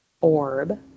orb